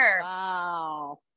Wow